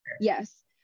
Yes